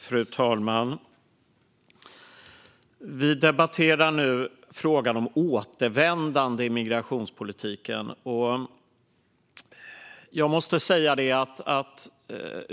Fru talman! Vi debatterar nu frågan om återvändande i migrationspolitiken.